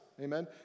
Amen